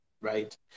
right